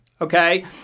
okay